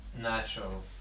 natural